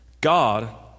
God